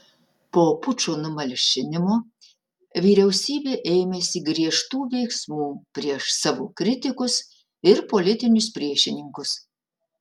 po pučo numalšinimo vyriausybė ėmėsi griežtų veiksmų prieš savo kritikus ir politinius priešininkus